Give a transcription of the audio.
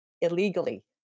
illegally